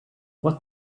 what